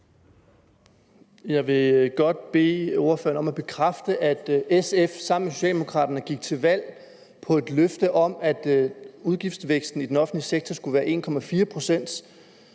Jeg vil godt bede ordføreren om at bekræfte, at SF sammen med Socialdemokraterne gik til valg på et løfte om, at udgiftsvæksten i den offentlige sektor skulle være på 1,4 pct.,